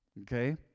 Okay